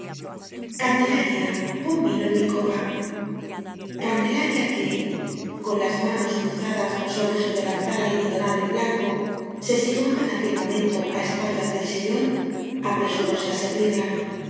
candelaria pon vino en mi copa candelaria que con las manos cruzadas sobre su delantal almidonado y blanco se situaba en aquel momento á espaldas del si llón apresuróse á servirla las